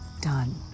done